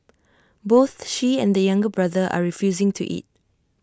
both she and the younger brother are refusing to eat